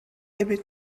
эбит